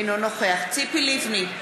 אינו נוכח ציפי לבני,